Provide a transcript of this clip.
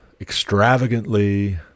extravagantly